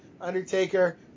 Undertaker